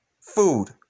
Food